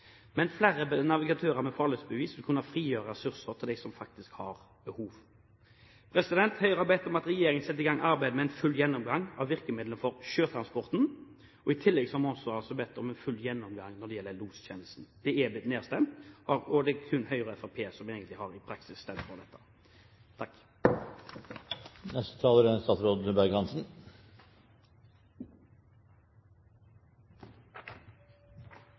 Men flere navigatører med farledsbevis vil kunne frigjøre ressurser til dem som faktisk har behov. Høyre har bedt om at regjeringen setter i gang arbeidet med en full gjennomgang av virkemidlene for sjøtransporten, og i tillegg har vi altså bedt om en full gjennomgang når det gjelder lostjenesten. Det er blitt nedstemt, og det er kun Høyre og Fremskrittspartiet som egentlig i praksis har stemt for dette. Jeg vil først få takke interpellanten for å ta opp en viktig sak. Lostjenesten er